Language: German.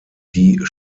die